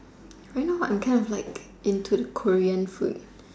I know what I'm kind of like into Korean food